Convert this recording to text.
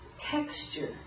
texture